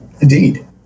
Indeed